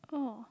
oh